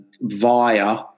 via